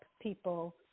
people